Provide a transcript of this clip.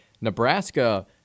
Nebraska